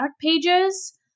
pages